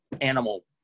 Animal